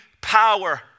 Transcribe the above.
power